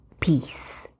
peace